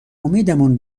امیدمون